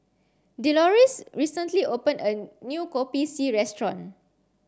Deloris recently opened a new Kopi C restaurant